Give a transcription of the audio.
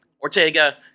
Ortega